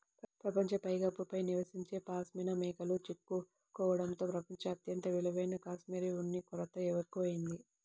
ప్రపంచ పైకప్పు పై నివసించే పాష్మినా మేకలు చిక్కుకోవడంతో ప్రపంచం అత్యంత విలువైన కష్మెరె ఉన్ని కొరత ఎక్కువయింది